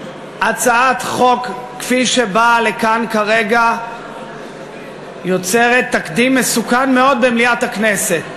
הצעת החוק כפי שבאה לכאן כרגע יוצרת תקדים מסוכן מאוד במליאת הכנסת.